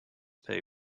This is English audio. pay